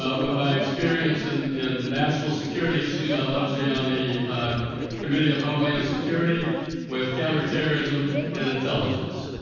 ah with my experience in in national security issues. i would love to be on the committee of homeland security with counter terrorism and intelligence.